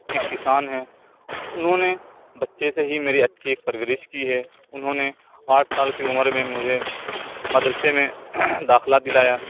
ایک کسان ہیں انہوں نے بچے سے ہی میری اچھی ایک پرورش کی ہے انہوں نے آٹھ سال کی عمر میں مجھے مدرسے میں داخلہ دلایا